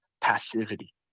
passivity